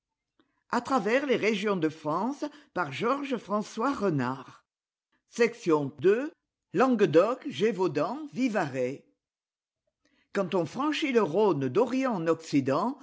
languedoc gévaudan vivarals quand on franchit le rhône d'orient